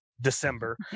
December